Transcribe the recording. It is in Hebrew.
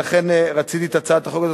לכן רציתי את הצעת החוק הזאת,